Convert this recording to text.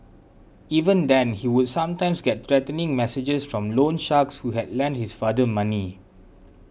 even then he would sometimes get threatening messages from loan sharks who had lent his father money